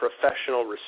professional